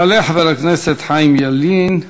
יעלה חבר הכנסת חיים ילין,